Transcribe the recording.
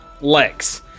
legs